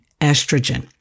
estrogen